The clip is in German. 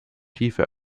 tiefe